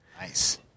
Nice